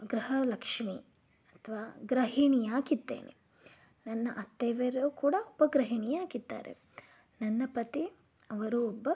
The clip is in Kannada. ಗೃಹಲಕ್ಷ್ಮಿ ಅಥವಾ ಗೃಹಿಣಿ ಆಗಿದ್ದೇನೆ ನನ್ನ ಅತ್ತೆಯವರು ಕೂಡ ಒಬ್ಬ ಗೃಹಿಣಿಯಾಗಿದ್ದಾರೆ ನನ್ನ ಪತಿ ಅವರು ಒಬ್ಬ